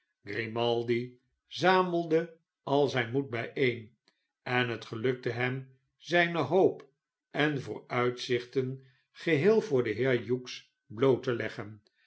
grimaldi zamelde al zyn moed byeen en het gelukte hem zijne hoop en vooruitzichten geheel voor den heer hughes bloot te leggen